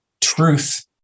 truth